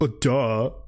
duh